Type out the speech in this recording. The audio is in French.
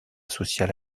social